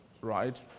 right